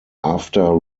after